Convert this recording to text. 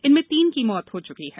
enum तीन की मौत हो चुकी है